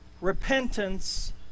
repentance